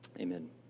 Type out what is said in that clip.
amen